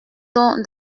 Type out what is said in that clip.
donc